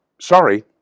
sorry